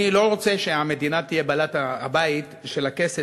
אני לא רוצה שהמדינה תהיה בעלת-הבית של הכסף